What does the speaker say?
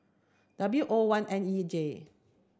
W O one N E J